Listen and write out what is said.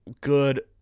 good